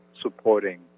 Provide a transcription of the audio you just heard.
supporting